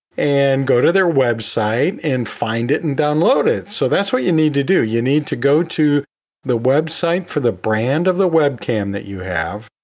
and go to their website, and find it and download it. so that's what you need to do, you need to go to the website for the brand of the webcam that you have.